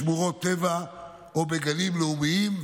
בשמורות טבע או בגנים לאומיים.